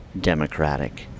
democratic